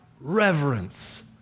reverence